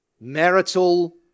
marital